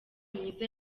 myiza